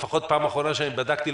לפחות פעם אחרונה שבדקתי,